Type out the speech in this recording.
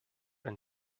and